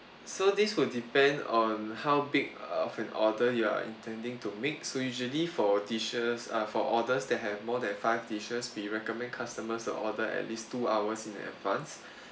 so this will depend on how big of an order you are intending to make so usually for dishes err for orders that have more than five dishes we recommend customers to order at least two hours in advance